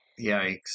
Yikes